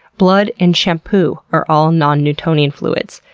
blood, and shampoo are all non-newtonian fluids.